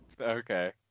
Okay